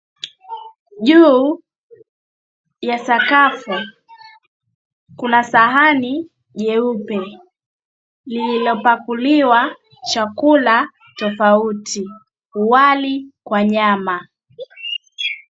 Juu ya sakafu kuna sahani jeupe lililopakuliwa chakula tofauti, wali kwa nyama.